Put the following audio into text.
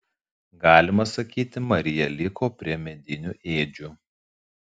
galima sakyti marija liko prie medinių ėdžių